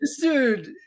dude